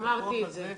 אמרתי את זה,